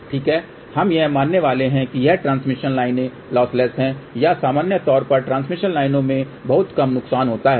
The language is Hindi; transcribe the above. ठीक है हम यह मानने वाले हैं कि ये ट्रांसमिशन लाइनें लॉसलेस हैं या सामान्य तौर पर ट्रांसमिशन लाइनों में बहुत कम नुकसान होता है